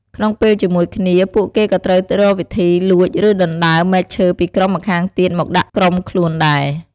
ក្នុងពេលជាមួយគ្នា ពួកគេក៏ត្រូវរកវិធី លួច ឬដណ្ដើម មែកឈើពីក្រុមម្ខាងទៀតមកដាក់ក្រុមខ្លួនដែរ។